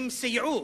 הם סייעו,